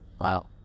Wow